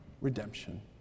redemption